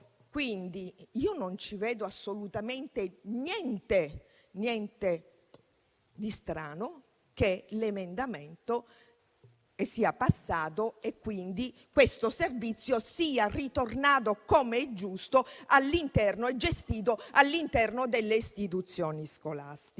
Quindi, non ci vedo assolutamente niente di strano nel fatto che l'emendamento sia passato e che questo servizio sia tornato - come è giusto - e gestito all'interno delle istituzioni scolastiche.